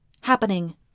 happening